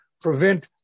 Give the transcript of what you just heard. prevent